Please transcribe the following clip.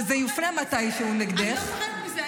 וזה יופנה מתישהו נגדך --- אני לא מפחדת מזה.